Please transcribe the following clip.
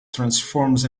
transforms